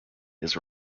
his